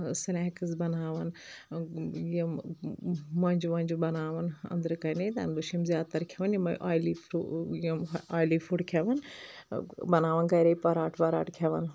snacks بناوان یِم مۄنٛجہِ وۄنٛجہِ بناوان أنٛدرٕ کنی تمہِ دۄہ چھِ یِم زیادٕ تر کھٮ۪وان یِمے اویلی فروٗ یِم اویلی فوٚڈ کھٮ۪وان بناوان گرے پراٹہٕ وراٹہٕ کھٮ۪وان